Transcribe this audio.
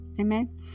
Amen